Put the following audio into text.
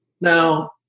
Now